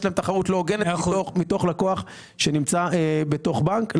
להן תחרות לא הוגנת מתוך לקוח שנמצא בתוך בנק.